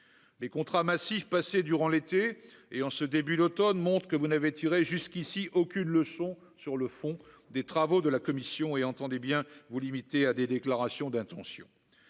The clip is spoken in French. des contrats massifs passé durant l'été et en ce début d'Automne monte que vous n'avez tiré jusqu'ici aucune leçon sur le fond des travaux de la commission et entendez bien vous limité à des déclarations d'intention